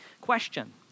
Question